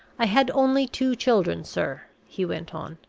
i had only two children, sir, he went on,